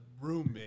roommate